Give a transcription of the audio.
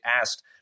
asked